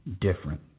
different